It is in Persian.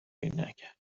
نکرد